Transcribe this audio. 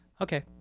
okay